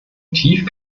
tief